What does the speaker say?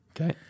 Okay